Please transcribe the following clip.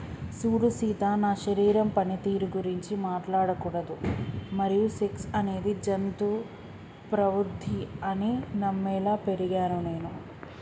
సూడు సీత నా శరీరం పనితీరు గురించి మాట్లాడకూడదు మరియు సెక్స్ అనేది జంతు ప్రవుద్ది అని నమ్మేలా పెరిగినాను నేను